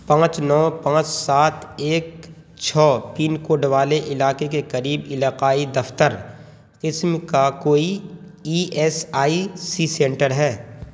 پانچ نو پانچ سات ایک چھ پنکوڈ والے علاقے کے قریب علاقائی دفتر قسم کا کوئی E S I C centre ہے